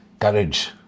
Courage